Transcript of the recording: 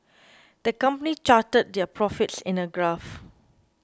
the company charted their profits in a graph